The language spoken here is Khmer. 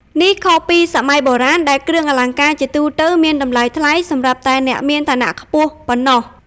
នេះខុសពីសម័យបុរាណដែលគ្រឿងអលង្ការជាទូទៅមានតម្លៃថ្លៃសម្រាប់តែអ្នកមានឋានៈខ្ពស់ប៉ុណ្ណោះ។